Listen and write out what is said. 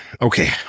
Okay